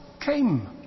came